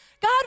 God